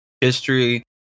history